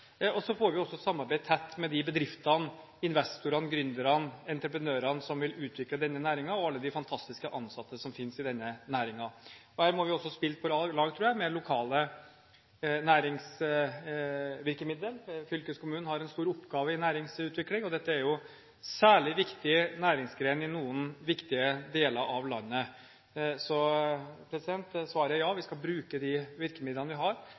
Så får vi også samarbeide tett med de bedriftene, investorene, gründerne og entreprenørene som vil utvikle denne næringen, og alle de fantastiske ansatte som finnes i denne næringen. Her må vi også spille på lag, tror jeg, med lokale næringsvirkemidler. Fylkeskommunen har en stor oppgave i næringsutvikling, og dette er jo en særlig viktig næringsgren i noen deler av landet. Så svaret er ja, vi skal bruke de virkemidlene vi har,